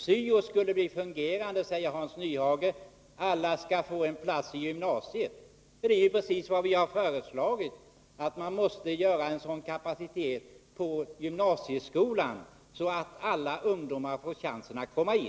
Syo skall fungera, säger Hans Nyhage. Alla skall få en plats på gymnasiet. Men det är ju precis vad vi har föreslagit. Man måste ha en sådan kapacitet när det gäller gymnasieskolan att alla ungdomar har chans att komma in.